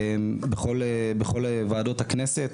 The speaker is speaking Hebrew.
בכל ועדות הכנסת.